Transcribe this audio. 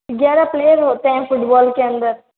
ग्यारह प्लेयर होते हैं फुटबॉल के अंदर